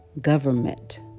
government